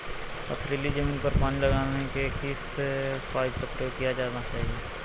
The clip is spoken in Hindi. पथरीली ज़मीन पर पानी लगाने के किस पाइप का प्रयोग किया जाना चाहिए?